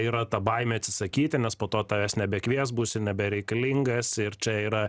yra ta baimė atsisakyti nes po to tavęs nebekvies būsi nebereikalingas ir čia yra